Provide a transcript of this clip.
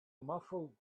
muffled